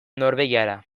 norbegiara